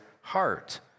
heart